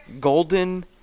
Golden